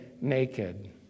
naked